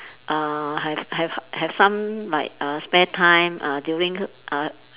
uh have have have some like uh spare time uh during uh